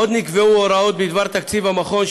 עוד נקבעו הוראות בדבר תקציב המכון,